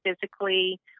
physically